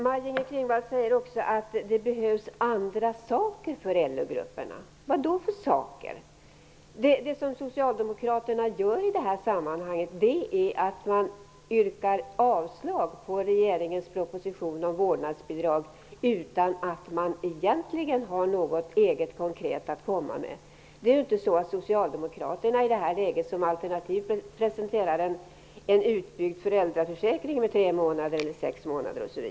Maj-Inger Klingvall säger också att det behövs andra saker för LO-grupperna. Vilka saker? Det som Socialdemokraterna gör i det här sammanhanget är att man yrkar avslag på regeringens proposition om vårdnadsbidrag utan att man egentligen har något eget konkret att komma med. Socialdemokraterna presenterar inte i det här läget som alternativ en utbyggd föräldraförsäkring med tre eller sex månader.